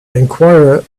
enquire